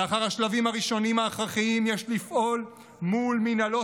לאחר השלבים הראשונים ההכרחיים יש לפעול מול מינהלות